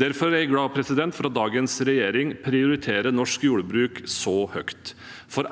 Derfor er jeg glad for at dagens regjering prioriterer norsk jordbruk så høyt.